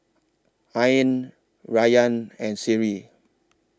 Ain Rayyan and Seri